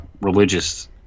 religious